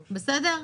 בסדר?